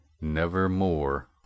nevermore